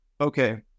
okay